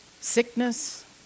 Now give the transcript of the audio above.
Sickness